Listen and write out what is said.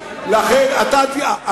לכן מרצ קיבלה שלושה מנדטים.